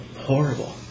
horrible